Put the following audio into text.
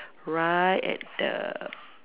right at the